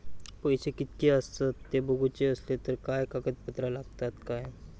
पैशे कीतके आसत ते बघुचे असले तर काय कागद पत्रा लागतात काय?